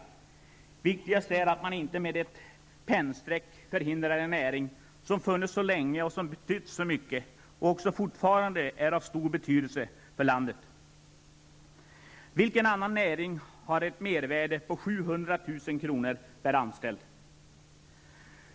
Viktigast är att man inte med ett pennstreck förintar en näring som funnits så länge och som betytt så mycket och som fortfarande är av stor betydelse för landet. Vilken annan näring har ett mervärde på 700 000 kr. per anställd?